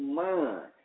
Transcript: mind